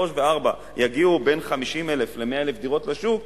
שלוש שנים וארבע יגיעו בין 50,000 ל-100,000 דירות לשוק,